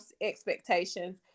expectations